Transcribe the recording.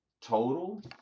total